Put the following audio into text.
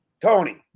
Tony